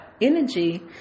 energy